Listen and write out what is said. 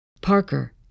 Parker